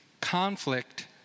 Conflict